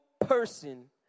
person